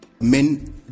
men